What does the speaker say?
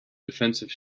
defensive